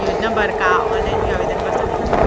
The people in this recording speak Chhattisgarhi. योजना बर का ऑनलाइन भी आवेदन कर सकथन?